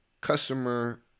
customer